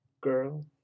girl